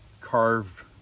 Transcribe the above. carved